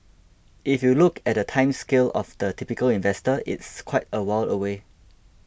if you look at the time scale of the typical investor it's quite a while away